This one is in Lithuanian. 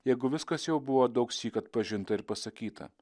jeigu viskas jau buvo daugsyk atpažinta ir pasakyta